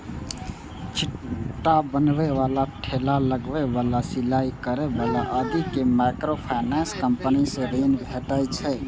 छिट्टा बनबै बला, ठेला लगबै बला, सिलाइ करै बला आदि कें माइक्रोफाइनेंस कंपनी सं ऋण भेटै छै